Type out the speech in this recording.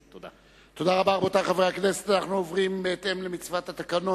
(תיקון מס' 42) הפסקת חברות בכנסת של שר)